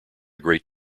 great